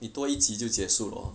你多一集就结束了 hor